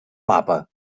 mapa